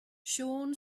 sean